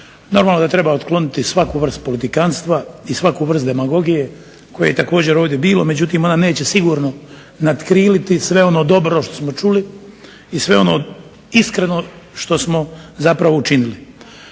Normalno da treba otkloniti svaku vrst politikantstva i svaku vrstu demagogije koje je također ovdje bilo, međutim ona neće sigurno natkriliti sve ono dobro što smo čuli i sve ono iskreno što smo učinili.